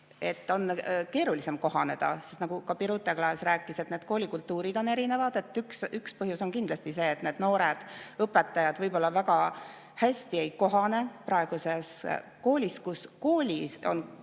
on, keerulisem kohaneda. Nagu ka Birute Klaas rääkis, siis need koolikultuurid on erinevad. Üks põhjus on kindlasti see, et need noored õpetajad võib-olla väga hästi ei kohane koolis, kus kogu